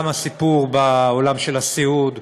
גם הסיפור בעולם של הסיעוד,